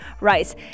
rice